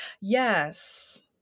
Yes